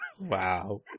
wow